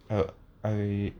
uh I